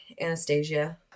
Anastasia